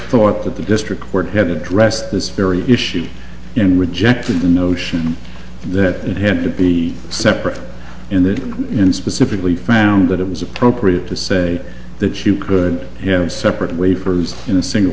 thought that the district court had addressed this very issue and rejected the notion that it had to be separate in the in specifically found that it was appropriate to say that you could have separate wafers in